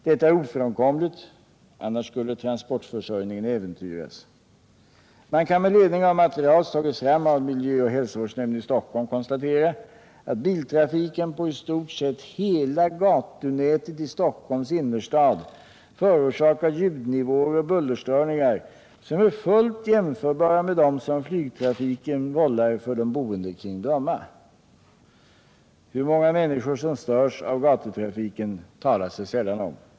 Detta är ofrånkomligt, annars skulle transportförsörjningen äventyras. Man kan med ledning av material som tagits fram av miljöoch hälsovårdsnämnden i Stockholm konstatera att biltrafiken på i stort sett hela gatunätet i Stockholms innerstad förorsakar ljudnivåer och bullerstörningar som är fullt jämförbara med dem som flygtrafiken vållar för de boende kring Bromma. Hur många människor som störs av gatutrafiken talas det sällan om.